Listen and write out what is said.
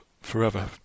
forever